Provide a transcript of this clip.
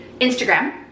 Instagram